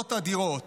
יכולות אדירות.